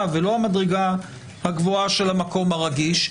ולא במדרגה הגבוהה של המקום הרגיש.